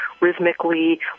rhythmically